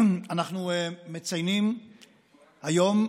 אנחנו מציינים והיום,